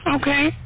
Okay